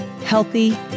Healthy